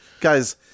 Guys